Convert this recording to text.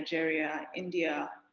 nigeria, india,